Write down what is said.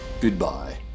goodbye